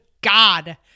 God